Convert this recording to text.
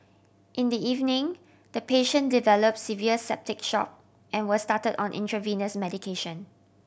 in the evening the patient develop severe septic shock and was started on intravenous medication